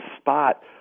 spot